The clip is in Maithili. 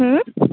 हँ